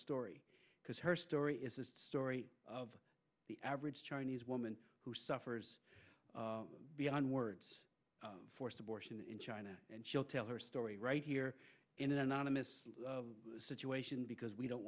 story because her story is the story of the average chinese woman who suffers beyond words forced abortion in china and she'll tell her story right here in an anonymous situation because we don't